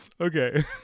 okay